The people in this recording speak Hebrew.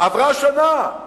עברה שנה.